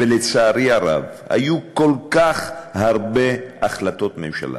ולצערי הרב, היו כל כך הרבה החלטות ממשלה,